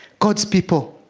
courts people